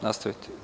Nastavite.